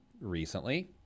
recently